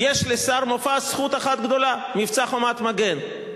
יש לשר מופז זכות אחת גדולה: מבצע "חומת מגן".